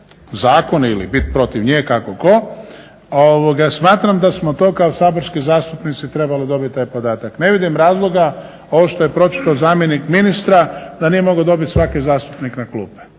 zakon ili bit protiv njeg kako tko, smatram da smo to kao saborski zastupnici trebali dobiti taj podatak. Ne vidim razloga ovo što je pročitao zamjenik ministra da nije mogao dobit svaki zastupnik na klupe.